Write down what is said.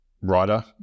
writer